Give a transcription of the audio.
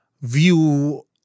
view